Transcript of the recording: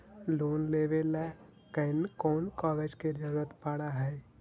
Loan लेबे ल कैन कौन कागज के जरुरत पड़ है?